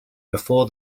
before